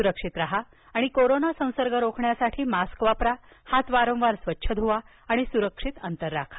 सुरक्षित राहा आणि कोरोना संसर्ग रोखण्यासाठी मास्क वापरा हात वारंवार स्वच्छ धुवा आणि सुरक्षित अंतर राखा